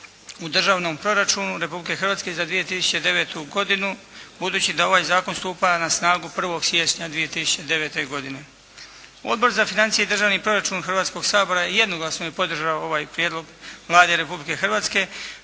u državnom proračunu Republike Hrvatske za 2009. godinu budući da ovaj zakon stupa na snagu 1. siječnja 2009. godine. Odbor za financije i državni proračun Hrvatskoga sabora jednoglasno je podržao ovaj prijedlog Vlade Republike Hrvatske